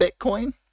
Bitcoin